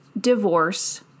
divorce